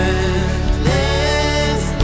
endless